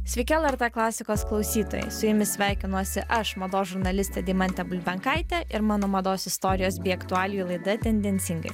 sveiki lrt klasikos klausytojai su jumis sveikinuosi aš mados žurnalistė deimantė bulbenkaitė ir mano mados istorijos bei aktualijų laida tendencingai